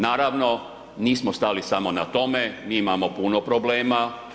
Naravno, nismo stali samo na tome, mi imamo puno problema.